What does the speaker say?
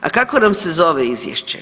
A kako nam se zove izvješće?